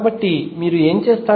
కాబట్టి మీరు ఏమి చేస్తారు